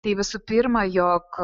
tai visų pirma jog